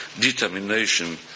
determination